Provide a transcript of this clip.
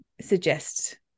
suggest